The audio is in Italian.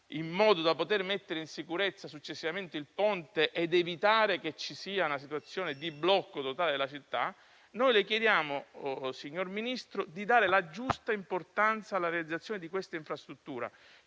in modo da mettere in sicurezza successivamente il ponte ed evitare che ci sia una situazione di blocco totale della città. Noi le chiediamo, signor Ministro, di dare la giusta importanza alla realizzazione di questa infrastruttura,